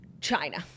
China